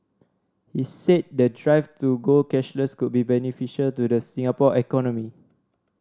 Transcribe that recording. he said the drive to go cashless could be beneficial to the Singapore economy